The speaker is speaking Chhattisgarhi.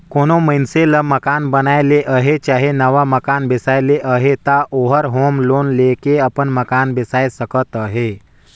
कोनो मइनसे ल मकान बनाए ले अहे चहे नावा मकान बेसाए ले अहे ता ओहर होम लोन लेके अपन मकान बेसाए सकत अहे